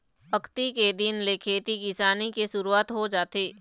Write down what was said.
अक्ती के दिन ले खेती किसानी के सुरूवात हो जाथे